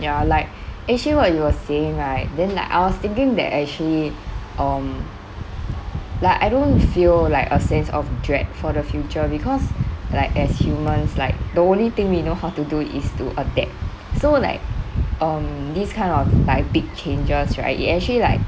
ya like actually what you were saying right then like I was thinking that actually um like I don't feel like a sense of dread for the future because like as humans like the only thing we know how to do is to adapt so like this kind of like big changes right it actually like um